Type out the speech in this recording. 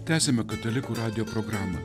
tęsiame katalikų radijo programą